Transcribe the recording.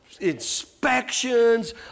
inspections